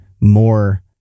more